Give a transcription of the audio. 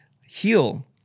heal